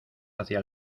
hacia